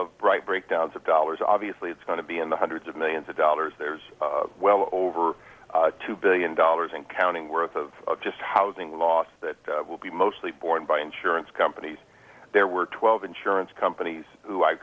of bright breakdowns of dollars obviously it's going to be in the hundreds of millions of dollars there's well over two billion dollars and counting worth of just housing loss that will be mostly borne by insurance companies there were twelve insurance companies who i